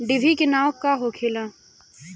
डिभी के नाव का होखेला?